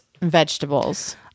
vegetables